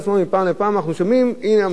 אנחנו שומעים, הנה, המחירים עלו.